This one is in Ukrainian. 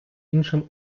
іншим